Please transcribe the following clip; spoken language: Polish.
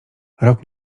rok